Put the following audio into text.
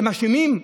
הם אשמים?